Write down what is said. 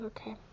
Okay